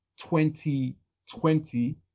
2020